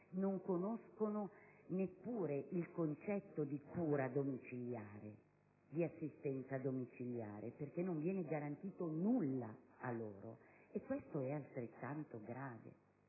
non conoscono neppure il concetto di cura e di assistenza domiciliare, perché non viene garantito nulla a loro: questo è altrettanto grave